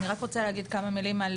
אני רק רוצה להגיד כמה מילים על